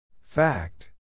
Fact